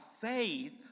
faith